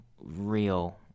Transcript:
real